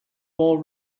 more